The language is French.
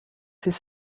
ces